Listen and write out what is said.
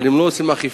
אבל אם לא עושים אכיפה,